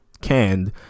canned